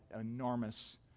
enormous